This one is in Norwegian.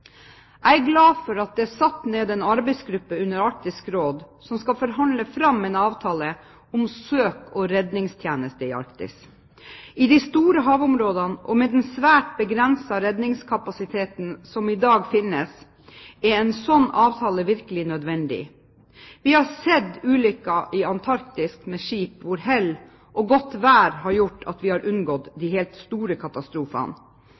Jeg er glad for at det er satt ned en arbeidsgruppe under Arktisk råd som skal forhandle fram en avtale om søk og redningstjeneste i Arktis. I de store havområdene og med den svært begrensede redningskapasiteten som i dag finnes, er en slik avtale virkelig nødvendig. Vi har i Antarktis sett ulykker med skip hvor hell og godt vær har gjort at vi har unngått de helt store katastrofene.